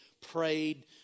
prayed